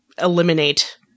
eliminate